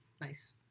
nice